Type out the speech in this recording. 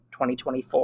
2024